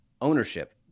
ownership